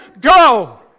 go